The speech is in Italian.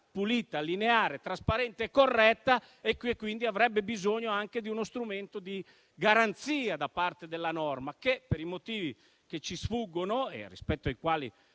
pulita, lineare, trasparente e corretta e che avrebbe bisogno anche di uno strumento di garanzia da parte della norma, ma che - per motivi che ci sfuggono e rispetto ai quali